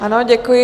Ano, děkuji.